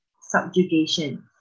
subjugation